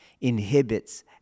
inhibits